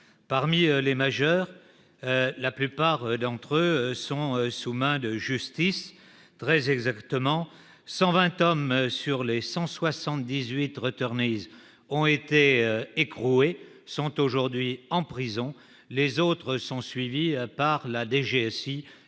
-, 58 mineurs. La plupart des majeurs sont sous main de justice. Très exactement, 120 hommes, sur les 178, ont été écroués et sont aujourd'hui en prison. Les autres sont suivis par la DGSI,